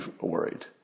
worried